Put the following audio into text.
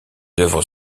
œuvres